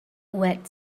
wet